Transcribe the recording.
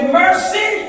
mercy